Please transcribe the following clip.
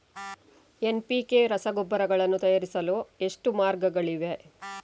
NPK ರಸಗೊಬ್ಬರಗಳನ್ನು ತಯಾರಿಸಲು ಎಷ್ಟು ಮಾರ್ಗಗಳಿವೆ?